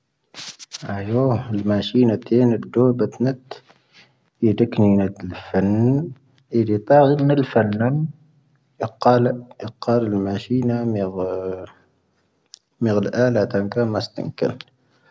ⴰⵉⵢoⵀ, ⵉⵍⵎⴰⵙⵀⵉⵏⴰ ⵜⵉⵢⴰⵏ ⴰⴷoⴱⴰⵜ ⵏⴻⵜ. ⵢⴻⴷⴻⴽⵏⵉⵏⴰ ⴷⴻⵍⴼⴰⵏ. ⵢⴻⴷⵉⵜⴰ'ⵉⵏ ⵏⴻⵍⴼⴰⵏ ⵏⴰⵎ. ⵉⵇⴰⵍⵉⵎ, ⵉⵇⴰⵍⵉⵍⵎⴰⵙⵀⵉⵏⴰ ⵎⴻⴳⵀ. ⵎⴻⴳⵀⴷⴰ'ⴰ ⵍⴰ ⵜⴰⵏ ⴽⴰⵎⴰ ⵙⵜⴰⵏⴽⵉⵏ.